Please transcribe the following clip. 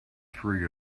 three